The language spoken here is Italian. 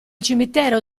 cimitero